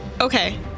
okay